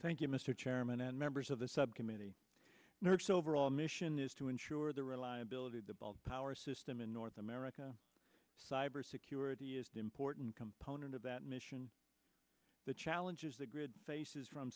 thank you mr chairman and members of the subcommittee nurse overall mission is to ensure the reliability of the power system in north america cybersecurity is the important component of that mission the challenges the grid faces from